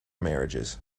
marriages